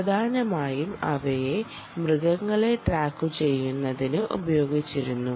പ്രധാനമായും അവയെ മൃഗങ്ങളെ ട്രാക്കുചെയ്യുന്നതിന് ഉപയോഗിച്ചിരിക്കുന്നു